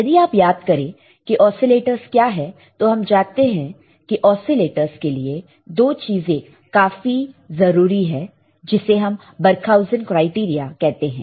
यदि आप याद करें की ओसीलेटरस क्या है तो हम जानते हैं की ओसीलेटरस के लिए दो चीजें काफी जरूरी है जिसे हम बार्कहाउजेन क्राइटेरिया कहते हैं